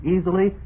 easily